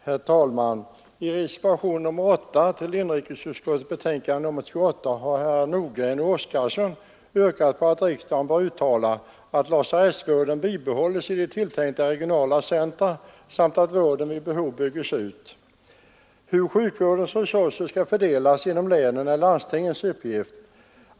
Herr talman! I reservationen 8 vid inrikesutskottets betänkande nr 28 har herrar Nordgren och Oskarson yrkat att riksdagen skall uttala att lasarettsvården bibehålles i de tilltänkta regionala centra samt att vården vid behov bygges ut. Hur sjukvårdens resurser skall fördelas inom länen är landstingens uppgift.